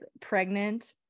pregnant